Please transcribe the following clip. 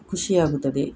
ಖುಷಿಯಾಗುತ್ತದೆ